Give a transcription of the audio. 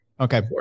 Okay